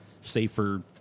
safer